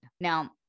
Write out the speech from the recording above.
Now